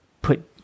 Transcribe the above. put